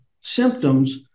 symptoms